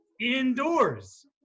Indoors